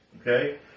Okay